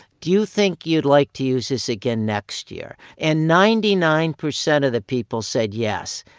do you think you'd like to use this again next year? and ninety nine percent of the people said yes.